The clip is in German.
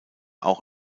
auch